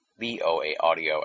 boaaudio